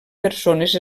persones